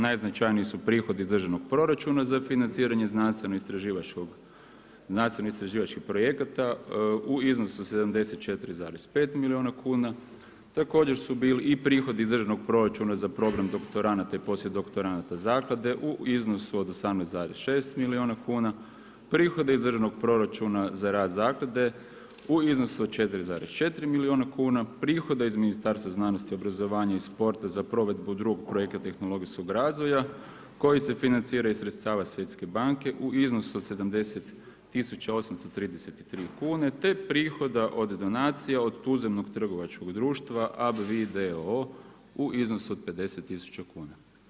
Najznačajniji su prihodi iz državno proračuna za financiranje znanstveno istraživačkih projekata u iznosu 74,5 milijuna kuna, također su bili i prihodi iz državnog proračuna za program doktoranata i poslije doktoranata zaklade u iznosu od 18,6 milijuna kuna, prihode iz državnog proračuna za rad zaklade u iznosu od 4,4 milijuna kuna, prihode iz Ministarstva znanosti, obrazovanja i sporta za provedbu drugog projekta tehnologijskog razvoja koji se financira iz sredstava Svjetske banke u iznosu od 70 tisuća 333 kune te prihoda od donacija od tuzemnog trgovačkog društva… u iznosu od 50 tisuća kuna.